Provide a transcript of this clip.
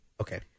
okay